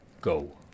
go